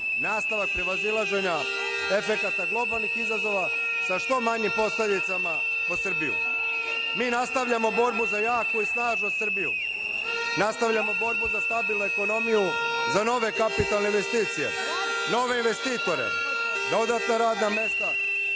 nastavak prevazilaženja efekata globalnih izazova sa što manjim posledicama po Srbiju. Mi nastavljamo borbu za jaku i snažnu Srbiju, nastavljamo borbu za stabilnu ekonomiju, za nove kapitalne investicije, nove investitore, radna mesta,